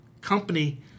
company